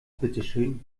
bitteschön